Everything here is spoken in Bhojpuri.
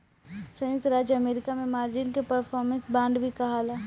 संयुक्त राज्य अमेरिका में मार्जिन के परफॉर्मेंस बांड भी कहाला